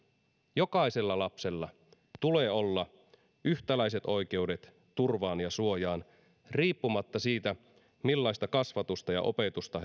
jokaisella lapsella tulee olla yhtäläiset oikeudet turvaan ja suojaan riippumatta siitä millaista kasvatusta ja opetusta